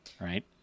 right